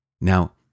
Now